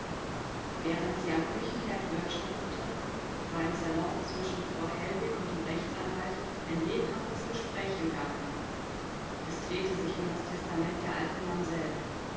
während sie am küchenherd wirtschaftete war im salon zwischen frau hellwig und dem rechtsanwalt ein lebhaftes gespräch im gange es drehte sich um das testament der alten mamsell